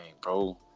bro